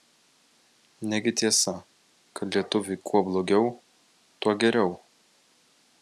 negi tiesa kad lietuviui kuo blogiau tuo geriau